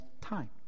time